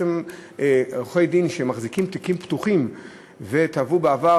עורכי-דין שמחזיקים תיקים פתוחים ותבעו בעבר,